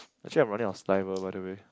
actually I'm running out of saliva by the way